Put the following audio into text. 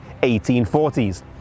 1840s